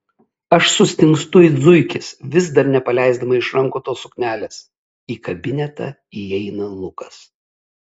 aš sustingstu it zuikis vis dar nepaleisdama iš rankų tos suknelės į kabinetą įeina lukas